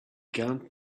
gallant